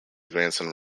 grandson